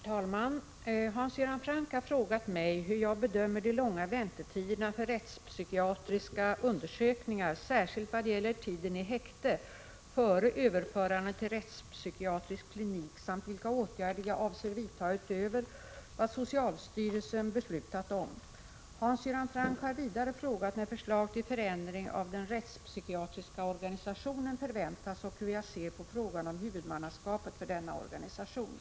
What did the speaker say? Herr talman! Hans Göran Franck har frågat mig hur jag bedömer de långa väntetiderna för rättspsykiatriska undersökningar, särskilt i vad gäller tiden i häkte före överförande till rättspsykiatrisk klinik samt vilka åtgärder jag avser vidta utöver vad socialstyrelsen beslutat om. Hans Göran Franck har vidare frågat när förslag till förändring av den rättspsykiatriska organisationen förväntas och hur jag ser på frågan om huvudmannaskapet för denna organisation.